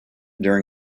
during